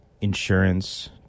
insurance